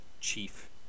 chief